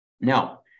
Now